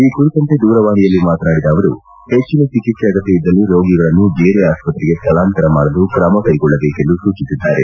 ಈ ಕುರಿತಂತೆ ದೂರವಾಣಿಯಲ್ಲಿ ಮಾತನಾಡಿದ ಅವರು ಹೆಚ್ಚಿನ ಚಿಕಿತ್ಸೆ ಅಗತ್ಯವಿದ್ದಲ್ಲಿ ರೋಗಿಗಳನ್ನು ಬೇರೆ ಆಸ್ಪತ್ತೆಗೆ ಸ್ಹಳಾಂತರ ಮಾಡಲು ಕ್ರಮ ಕೈಗೊಳ್ಳಬೇಕೆಂದು ಸೂಚಿಸಿದ್ದಾರೆ